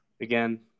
Again